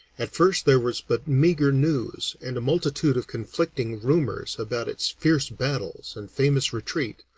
at first there was but meagre news and a multitude of conflicting rumors about its fierce battles and famous retreat,